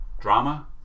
drama